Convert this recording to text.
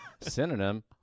Synonym